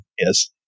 Yes